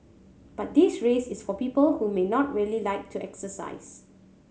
but this race is for people who may not really like to exercise